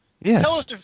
Yes